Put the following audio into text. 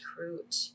recruit